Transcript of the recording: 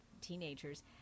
teenagers